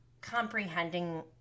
comprehending